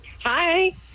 Hi